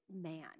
man